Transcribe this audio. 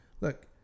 look